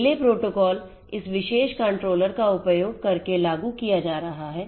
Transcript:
DELAY protocol इस विशेष controller का उपयोग करके लागू किया जा रहा है